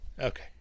Okay